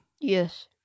Yes